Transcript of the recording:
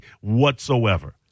whatsoever